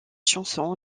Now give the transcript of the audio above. chanson